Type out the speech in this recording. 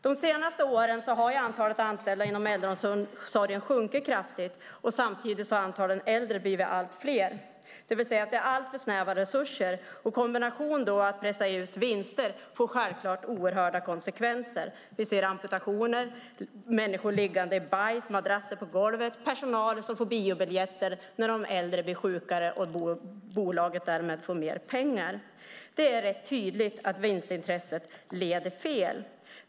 De senaste åren har antalet anställda inom äldreomsorgen minskat kraftigt. Samtidigt har antalet äldre blivit allt fler. Det är alltför snäva resurser. Detta i kombinationen med att pressa ut vinster får självfallet oerhörda konsekvenser. Vi ser amputationer, människor liggande i bajs, madrasser på golvet och personal som får biobiljetter när de äldre blir sjukare och bolaget därmed får mer pengar. Det är rätt tydligt att vinstintresset leder fel.